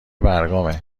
برگامه